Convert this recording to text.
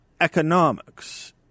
economics